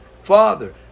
father